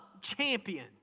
champion